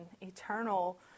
eternal